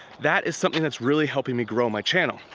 that is something that's really helping me grow my channel.